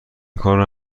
کارو